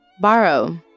Borrow